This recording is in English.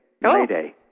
Mayday